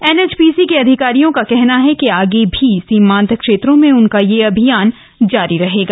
NHPC के अधिकारियों का कहना है कि आगे भी सीमांत क्षेत्रों में उनका यह अभियान जारी रहेगा